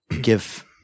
give